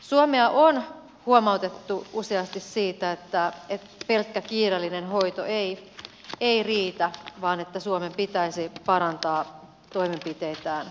suomea on huomautettu useasti siitä että pelkkä kiireellinen hoito ei riitä vaan suomen pitäisi parantaa toimenpiteitään tässä